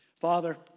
Father